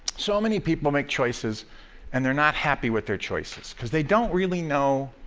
so many people make choices and they're not happy with their choices because they don't really know